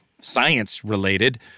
science-related